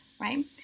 right